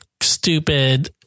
stupid